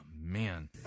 man